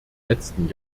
letzten